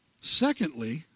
Secondly